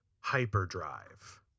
hyperdrive